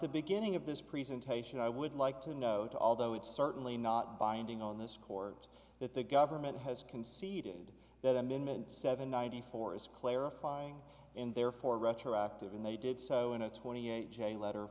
the beginning of this presentation i would like to note although it's certainly not binding on this court that the government has conceded that amendment seven ninety four is clarifying and therefore retroactive and they did so in a twenty eight chain letter